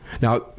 Now